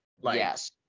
Yes